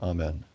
Amen